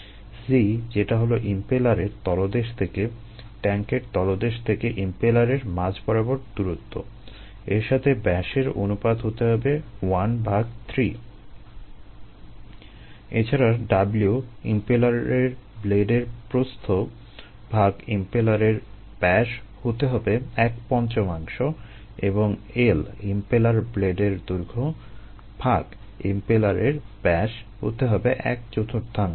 C যেটা হলো ইমপেলারের তলদেশ থেকে ট্যাংকের তলদেশ থেকে ইমপেলারের মাঝ বরাবর দূরত্ব - এর সাথে ব্যাসের অনুপাত হতে হবে 1 ভাগ 3 এছাড়া W ইমপেলারের ব্লেড এর প্রস্থ ভাগ ইমপেলারের ব্যাস হতে হবে এক পঞ্চমাংশ এবং L ইমপেলার ব্লেড এর দৈর্ঘ্য ভাগ ইমপেলারের ব্যাস হতে হবে এক চতুর্থাংশ